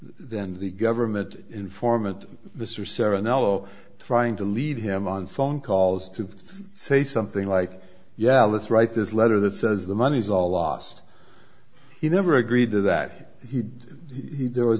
then the government informant mr sevan elo trying to lead him on phone calls to say something like yeah let's write this letter that says the money is all lost he never agreed to that he there was